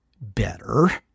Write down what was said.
better